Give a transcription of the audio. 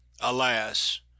ALAS